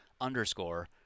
underscore